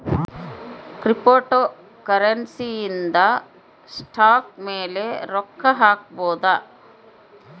cryptocurrency ಇಂದ stock ಮೇಲೆ ರೊಕ್ಕ ಹಾಕ್ಬೊದು